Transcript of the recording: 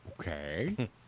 Okay